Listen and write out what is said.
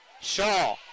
Shaw